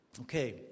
Okay